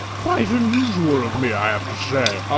quite unusual of me, i have to say,